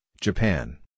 Japan